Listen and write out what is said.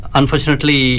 unfortunately